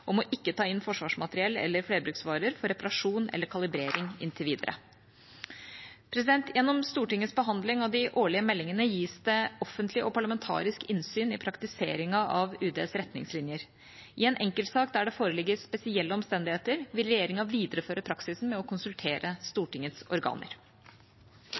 om å ikke ta inn forsvarsmateriell eller flerbruksvarer for reparasjon eller kalibrering inntil videre. Gjennom Stortingets behandling av de årlige meldingene gis det offentlig og parlamentarisk innsyn i praktiseringen av UDs retningslinjer. I en enkeltsak der det foreligger spesielle omstendigheter, vil regjeringa videreføre praksisen med å konsultere Stortingets organer.